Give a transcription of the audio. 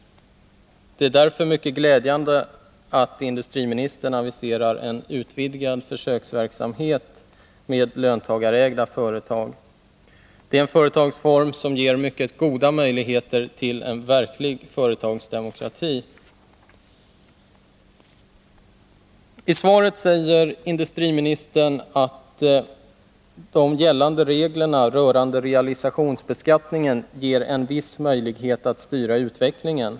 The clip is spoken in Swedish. Det är därför mycket glädjande att industriministern aviserar en utvidgad försöksverksamhet med löntagarägda företag. Det är en företagsform som ger mycket goda möjligheter till en verklig företagsdemokrati. I svaret säger industriministern att de gällande reglerna rörande realisationsvinstbeskattningen ger en viss möjlighet att styra utvecklingen.